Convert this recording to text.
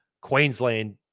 Queensland